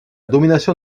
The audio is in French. domination